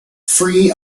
free